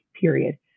period